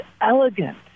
elegant